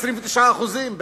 29%; בעראבה,